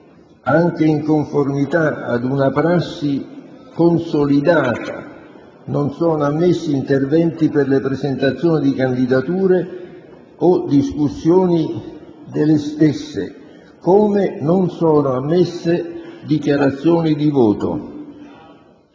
anche in conformità ad una prassi consolidata, non sono ammessi interventi per la presentazione di candidature o discussioni delle stesse, come non sono ammesse dichiarazioni di voto.